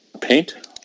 Paint